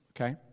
okay